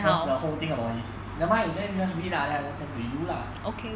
because there are whole thing about this nevermind then you just read lah then I just send to you lah